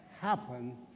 happen